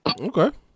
Okay